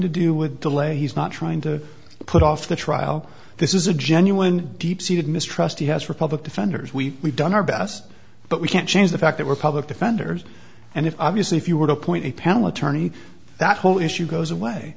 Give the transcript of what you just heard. to do with delay he's not trying to put off the trial this is a genuine deep seated mistrust he has for public defenders we done our best but we can't change the fact that we're public defenders and if i obviously if you were to appoint a panel attorney that whole issue goes away